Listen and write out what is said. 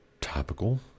topical